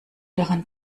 daran